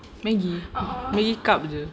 Maggi Maggi cup jer